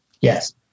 Yes